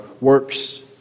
works